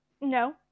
No